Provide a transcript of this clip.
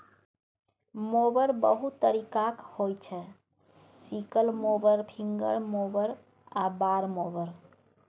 mower बहुत तरीकाक होइ छै सिकल मोबर, फिंगर मोबर आ बार मोबर